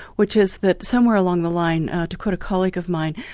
which is that somewhere along the line, to quote a colleague of mine,